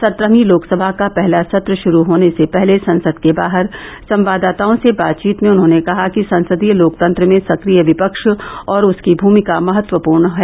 सत्रहवीं लोकसभा का पहला सत्र शुरू होने से पहले संसद के बाहर संवाददाताओं से बातचीत में उन्होंने कहा कि संसदीय लोकतंत्र में सक्रिय विपक्ष और उसकी भूमिका महत्वपूर्ण है